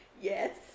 Yes